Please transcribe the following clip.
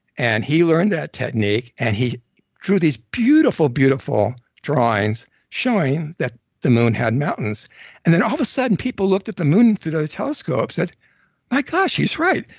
and he learned that technique and he drew these beautiful, beautiful drawings showing that the moon had mountains and then all of a sudden people looked at the moon through the telescope and my gosh, he's right,